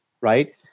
right